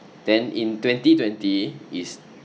then in twenty twenty is